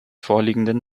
vorliegenden